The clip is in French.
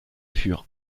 furent